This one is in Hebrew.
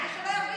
כדי שלא ירגישו,